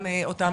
שאותם